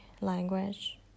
language